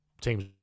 teams